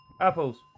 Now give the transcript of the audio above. Apples